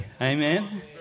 Amen